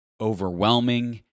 overwhelming